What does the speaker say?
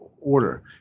order